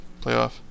playoff